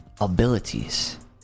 abilities